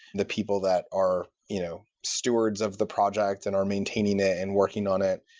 the people that are you know stewards of the project and are maintaining it and working on it.